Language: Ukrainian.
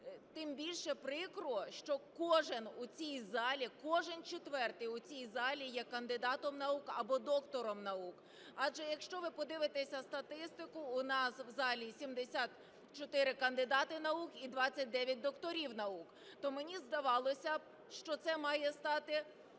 тим більше прикро, що кожен у цій залі, кожен четвертий у цій звалі є кандидатом наук або доктором наук. Адже, якщо ви подивитесь статистику, у нас в залі 74 кандидати наук і 29 докторів наук. То мені б здавалося, що це має стати